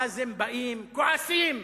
ואז הם באים, כועסים.